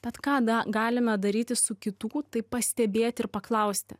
bet kada galime daryti su kitų tai pastebėti ir paklausti